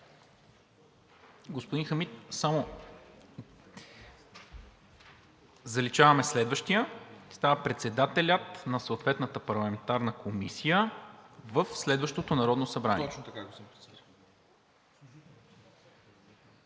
Господин Хамид, заличаваме „следващия“ и става „председателят на съответната парламентарна комисия в следващото Народно събрание“.